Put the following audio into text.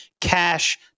cash